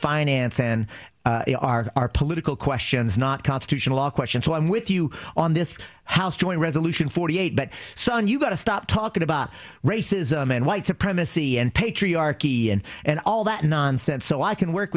finance and they are our political questions not constitutional questions so i'm with you on this house joint resolution forty eight but son you got to stop talking about racism and white supremacy and patriarchy and and all that nonsense so i can work